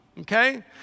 okay